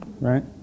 Right